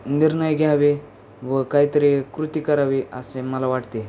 निर्णय घ्यावे व काहीतरी कृती करावी असे मला वाटते आहे